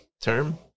term